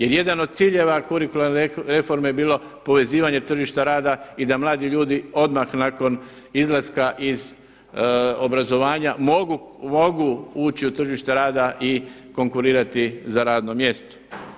Jer jedan od ciljeva kurikularne reforme je bilo povezivanje tržišta rada i da mladi ljudi odmah nakon izlaska iz obrazovanja mogu ući u tržište rada i konkurirati za radno mjesto.